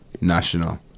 National